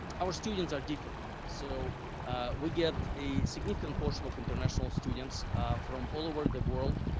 our students are different. so we get a significant portion of international students from all over the world.